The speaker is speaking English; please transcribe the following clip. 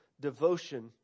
devotion